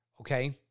Okay